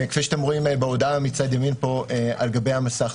כפי שאתם רואים בהודעה פה מצד ימין על גבי המסך.